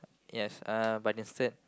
yes uh but instead